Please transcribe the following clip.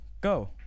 go